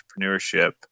entrepreneurship